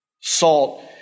Salt